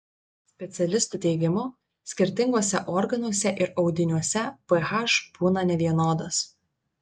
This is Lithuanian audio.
specialistų teigimu skirtinguose organuose ir audiniuose ph būna nevienodas